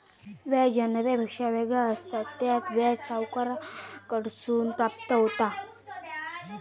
व्याज ह्या नफ्यापेक्षा वेगळा असता, त्यात व्याज सावकाराकडसून प्राप्त होता